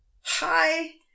hi